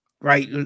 right